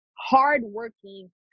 hardworking